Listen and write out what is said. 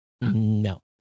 No